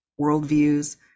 worldviews